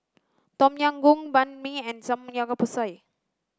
Tom Yam Goong Banh Mi and Samgeyopsal